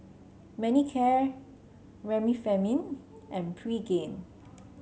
Manicare Remifemin and Pregain